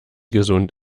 gesund